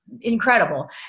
incredible